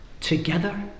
together